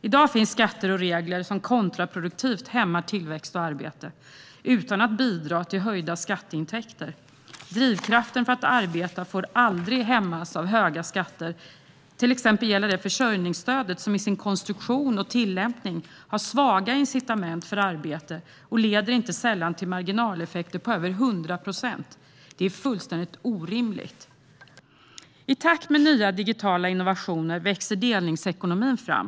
I dag finns skatter och regler som, kontraproduktivt, hämmar tillväxt och arbete utan att bidra till höjda skatteintäkter. Drivkraften för att arbeta får aldrig hämmas av höga skatter. Det gäller till exempel försörjningsstödet, som i sin konstruktion och tillämpning har svaga incitament för arbete och inte sällan leder till marginaleffekter på över 100 procent. Det är fullständigt orimligt. I takt med nya digitala innovationer växer delningsekonomin fram.